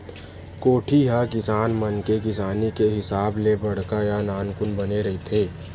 कोठी ह किसान मन के किसानी के हिसाब ले बड़का या नानकुन बने रहिथे